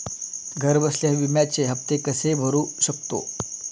घरबसल्या विम्याचे हफ्ते कसे भरू शकतो?